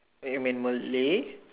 you mean Malay